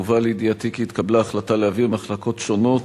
הובא לידיעתי כי התקבלה החלטה להעביר מחלקות שונות,